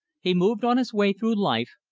he moved on his way through life,